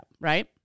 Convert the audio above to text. right